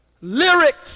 lyrics